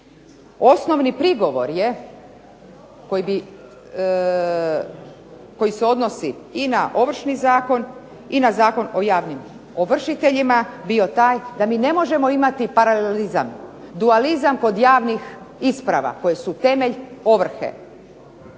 osnovni prigovor je koji bi, koji se odnosi i na Ovršni zakon i na Zakon o javnim ovršiteljima bio taj da mi ne možemo imati paralelizam, dualizam kod javnih isprava koje su temelj ovrhe.